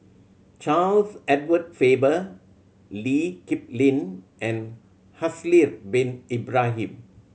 Charles Edward Faber Lee Kip Lin and Haslir Bin Ibrahim